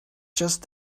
just